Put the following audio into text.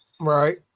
right